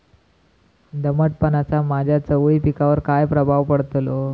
दमटपणाचा माझ्या चवळी पिकावर काय प्रभाव पडतलो?